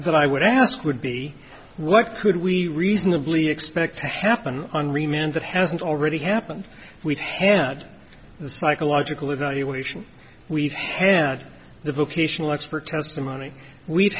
that i would ask would be what could we reasonably expect to happen on remains that hasn't already happened we've had the psychological evaluation we've had the vocational expert testimony we've